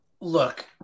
look